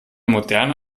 moderne